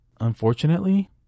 Unfortunately